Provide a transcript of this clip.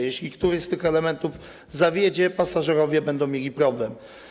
Jeśli któryś z tych elementów zawiedzie, pasażerowie będą mieli problem.